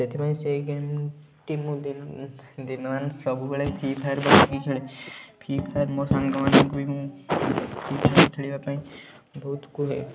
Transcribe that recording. ସେଥିପାଇଁ ସେଇ ଗେମ୍ ଟି ମୁଁ ଦିନ ଦିନମାନ ସବୁବେଳେ ଫିଫାୟାର୍ ବସିକି ଖେଳେ ଫିଫାୟାର୍ ମୋ ସାଙ୍ଗମାନଙ୍କୁ ବି ମୁଁ ଫିଫାୟାର୍ ଖେଳିବା ପାଇଁ ଭଉତ କୁହେ